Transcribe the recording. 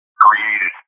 created